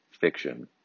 fiction